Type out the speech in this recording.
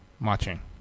Watching